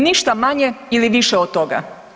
Ništa manje ili više od toga.